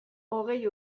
hogei